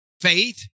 faith